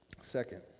Second